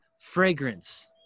fragrance